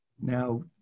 now